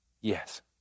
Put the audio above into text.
Yes